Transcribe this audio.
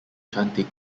cantik